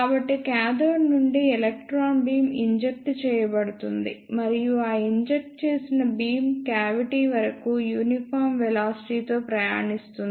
కాబట్టి కాథోడ్ నుండి electron beam inject చేయబడుతుంది మరియు ఆ ఇంజెక్ట్ చేసిన బీమ్ క్యావిటీ వరకు యూనిఫార్మ్ వెలాసిటీ తో ప్రయాణిస్తుంది